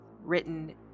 written